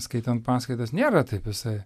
skaitant paskaitas nėra taip visai